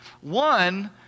One